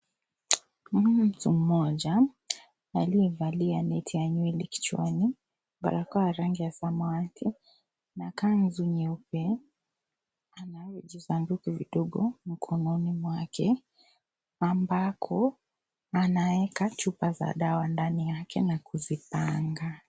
Mtu mmoja aliyevalia neti ya nywele kichwani , barakoa ya rangi ya samawati na kanzu nyeupe ana vijisanduku vidogo mkononi mwake ambako anaeka chupa za dawa ndani yake na kuzipanga .